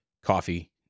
Coffee